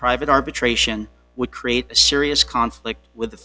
private arbitration would create a serious conflict with the